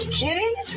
kidding